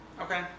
Okay